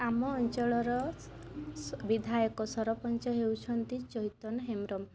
ଆମ ଅଞ୍ଚଳର ବିଧାୟକ ସରପଞ୍ଚ ହେଉଛନ୍ତି ଚୈତନ ହେମ୍ରମ୍